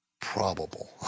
Probable